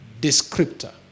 descriptor